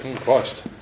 Christ